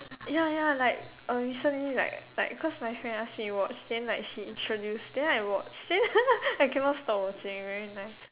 ya ya like uh recently like like cause my friend ask me watch then like she introduce then I watch then I cannot stop watching very nice